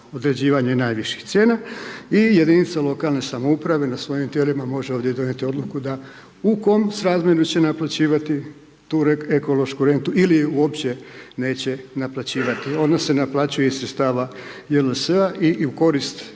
određivanje najviših cijena i jedinica lokalne samouprave na svojim tijelima može ovdje donijeti odluku da u kom srazmjeru će naplaćivati tu ekološku rentu ili ju uopće ne naplaćivati. Ona se naplaćuje JLS-a i u korist